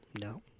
No